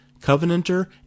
covenanter